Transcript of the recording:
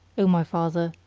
o my father,